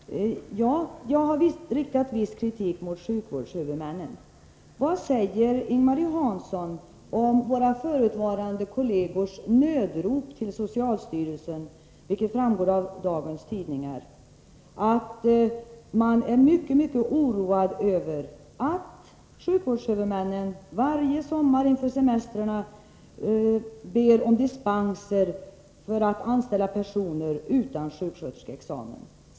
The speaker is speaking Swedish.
Fru talman! Det är riktigt att jag har riktat viss kritik mot sjukvårdshuvudmännen. Vad säger Ing-Marie Hansson om våra förutvarande kollegers nödrop till socialstyrelsen? Det framgår av dagens tidningar att man är mycket oroad över att sjukvårdshuvudmännen varje sommar inför semestrarna ber om dispenser för att anställa personer utan sjuksköterskeexamen.